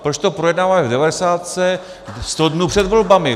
Proč to projednáváme v devadesátce, sto dnů před volbami!